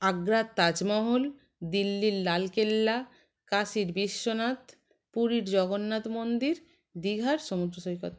আগ্রার তাজমহল দিল্লির লালকেল্লা কাশীর বিশ্বনাথ পুরীর জগন্নাথ মন্দির দীঘার সমুদ্র সৈকত